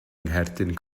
ngherdyn